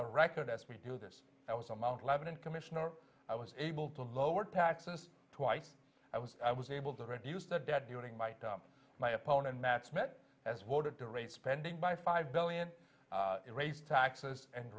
a record as we do this i was on mount lebanon commissioner i was able to lower taxes twice i was i was able to reduce the debt during might my opponent matt smith has voted to raise spending by five billion raised taxes and